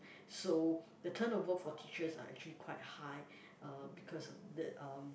so the turnover for teachers are actually quite high uh because the um